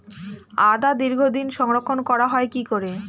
আদা দীর্ঘদিন সংরক্ষণ করা হয় কি করে?